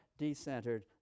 decentered